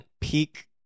Peak